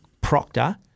Proctor